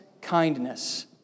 kindness